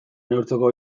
neurtzeko